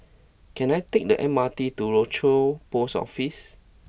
can I take the M R T to Rochor Post Office